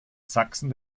sachsen